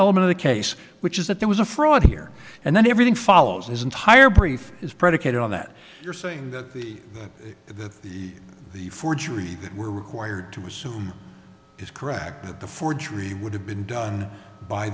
element of the case which is that there was a fraud here and then everything follows his entire brief is predicated on that you're saying that the the the the forgery that we're required to assume is correct that the forgery would have been done by